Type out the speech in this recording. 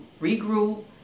regroup